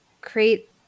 create